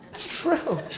true.